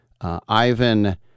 Ivan